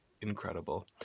incredible